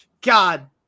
God